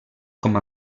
com